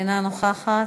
אינה נוכחת,